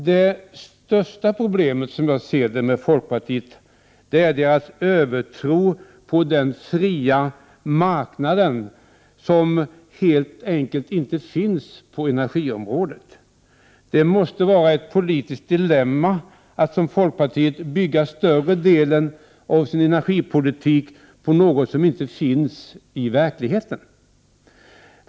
Det största problemet, som jag ser det, med folkpartiet är dess övertro på den fria marknaden, som helt enkelt inte finns på energiområdet. Det måste vara ett politiskt dilemma att som folkpartiet gör bygga större delen av sin energipolitik på något som inte finns i verkligheten.